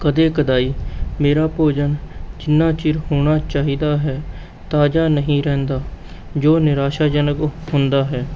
ਕਦੇ ਕਦਾਈ ਮੇਰਾ ਭੋਜਨ ਜਿੰਨਾਂ ਚਿਰ ਹੋਣਾ ਚਾਹੀਦਾ ਹੈ ਤਾਜ਼ਾ ਨਹੀਂ ਰਹਿੰਦਾ ਜੋ ਨਿਰਾਸ਼ਾਜਨਕ ਹੁੰਦਾ ਹੈ